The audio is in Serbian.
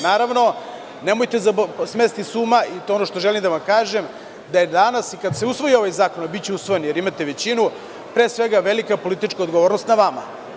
Naravno, nemojte smetnuti s uma, i to je ono što želim da vam kažem, da je danas, kada se usvoji ovaj zakon, a biće usvojen, jer imate većinu, pre svega, velika politička odgovornost je na vama.